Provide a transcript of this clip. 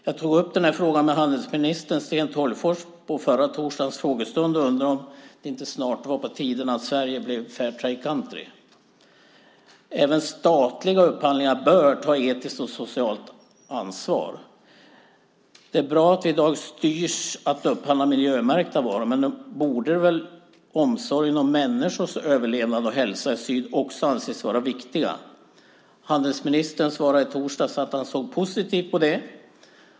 Jag tog upp denna fråga med handelsminister Sten Tolgfors på förra torsdagens frågestund och undrade om det inte nu snart är på tiden att Sverige blir Fairtrade country. Även statliga upphandlingar bör ta etiskt och socialt ansvar. Det är bra att vi i dag styrs att upphandla miljömärkta varor, men nog borde väl omsorgen om människors överlevnad och hälsa i syd också anses vara viktig. Handelsministern svarade i torsdags att han såg positivt på detta.